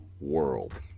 world